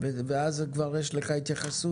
ואז זה כבר יש לך התייחסות